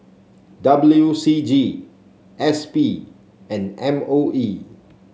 W C G S P and M O E